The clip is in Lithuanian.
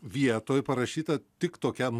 vietoj parašyta tik tokiam